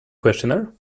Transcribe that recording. questionnaire